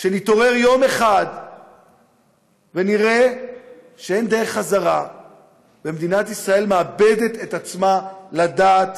שנתעורר יום אחד ונראה שאין דרך חזרה ומדינת ישראל מאבדת את עצמה לדעת